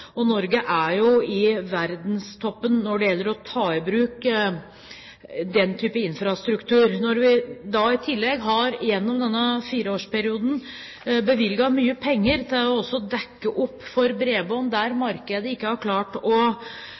Norge er jo i verdenstoppen når det gjelder å ta i bruk den type infrastruktur. Når vi da i tillegg i denne fireårsperioden har bevilget mye penger til også å dekke opp for bredbånd der markedet ikke har klart å